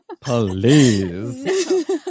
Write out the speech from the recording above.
Please